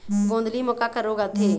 गोंदली म का का रोग आथे?